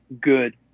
good